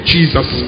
Jesus